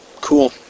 Cool